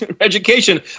education